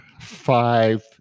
five